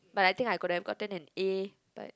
but I think I could have gotten an A but